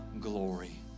glory